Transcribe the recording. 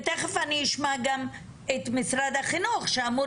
ותיכף אני אשמע גם את משרד החינוך שאמור